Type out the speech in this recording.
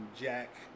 Jack